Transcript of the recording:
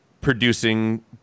producing